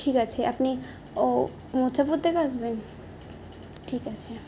ঠিক আছে আপনি ও মুথাপুর থেকে আসবেন ঠিক আছে